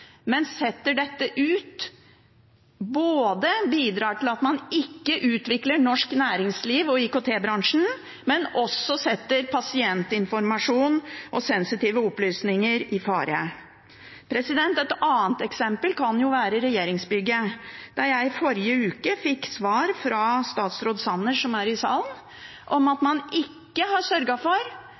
men setter dette ut, bidrar til at man ikke utvikler norsk næringsliv og IKT-bransjen, og det setter også pasientinformasjon og sensitive opplysninger i fare. Et annet eksempel kan være regjeringsbygget – i forrige uke fikk jeg svar fra statsråd Sanner, som er i salen, om at man ikke har sørget for